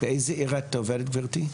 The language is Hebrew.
באיזה עיר את עובדת גברתי?